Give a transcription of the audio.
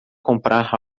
comprar